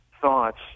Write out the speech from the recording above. thoughts